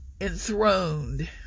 enthroned